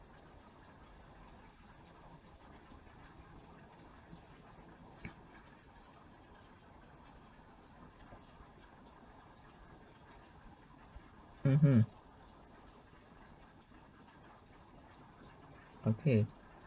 mmhmm okay